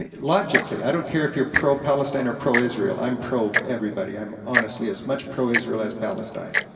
logically, i don't care if you're pro-palestine, or pro-israel, i'm pro-everybody, i'm honestly as much pro-israel as palestine.